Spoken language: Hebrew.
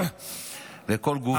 לכל גופי,